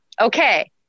okay